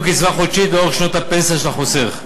קצבה חודשית לאורך שנות הפנסיה של החוסך.